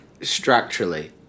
structurally